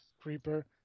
Creeper